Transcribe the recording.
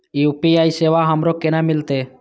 UPI सेवा हमरो केना मिलते?